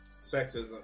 sexism